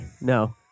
No